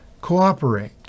Cooperate